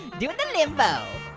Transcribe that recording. doing the limbo.